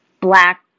black